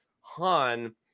Han